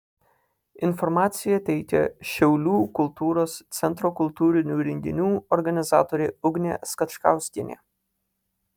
informaciją teikia šiaulių kultūros centro kultūrinių renginių organizatorė ugnė skačkauskienė